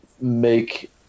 make